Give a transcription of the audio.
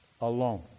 alone